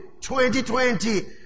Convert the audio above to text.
2020